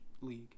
League